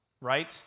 right